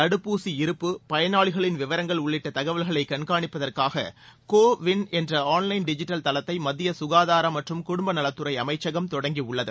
தடுப்பூசி இருப்பு பயனாளிகளின் விவரங்கள் உள்ளிட்ட தகவல்களை கண்காணிப்பதற்காக கோ வின் என்ற ஆன்லைன் டிஜிட்டல் தளத்தை மத்திய சுகாதாரம் மற்றும் குடும்பநலத்துறை அமைச்சகம் தொடங்கியுள்ளது